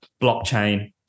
blockchain